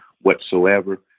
whatsoever